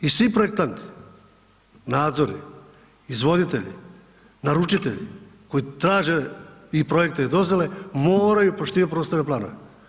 I svi projektanti, nadzori, izvoditelji, naručitelji koji traže i projekte i dozvole moraju poštivati prostorne planove.